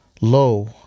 Lo